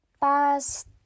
Past